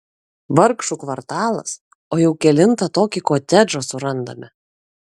vargšų kvartalas o jau kelintą tokį kotedžą surandame